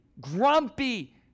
grumpy